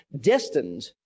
destined